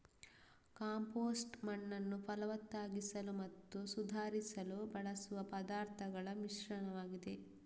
compost ಮಣ್ಣನ್ನು ಫಲವತ್ತಾಗಿಸಲು ಮತ್ತು ಸುಧಾರಿಸಲು ಬಳಸುವ ಪದಾರ್ಥಗಳ ಮಿಶ್ರಣವಾಗಿದೆ